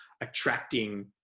attracting